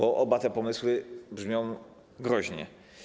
Oba te pomysły brzmią groźnie.